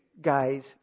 guy's